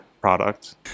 product